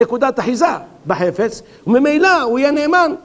נקודת אחיזה בחפץ וממילא הוא יהיה נאמן